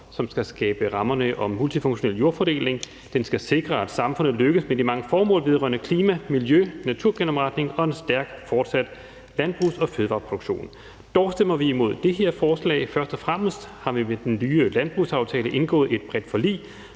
som skal skabe rammerne om multifunktionel jordfordeling. Den skal sikre, at samfundet lykkes med de mange formål vedrørende klima, miljø, naturgenopretning og en fortsat stærk landbrugs- og fødevareproduktion. Dog stemmer vi imod det her forslag. Først og fremmest har vi med den nye landbrugsaftale indgået et bredt forlig,